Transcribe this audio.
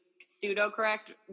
pseudo-correct